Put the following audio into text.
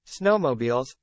snowmobiles